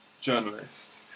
journalist